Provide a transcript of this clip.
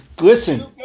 Listen